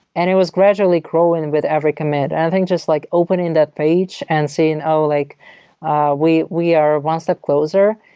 and it was gradually growing with every commit. i think just like opening that page and saying oh, like we we are one step closer,